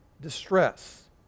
distress